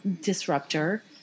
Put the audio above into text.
disruptor